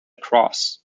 cross